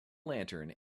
lantern